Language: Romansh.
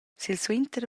silsuenter